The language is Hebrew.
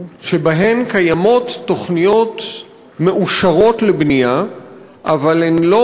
שקיימות בהם תוכניות מאושרות לבנייה אבל הן לא